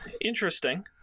interesting